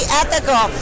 ethical